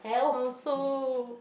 I also